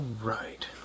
right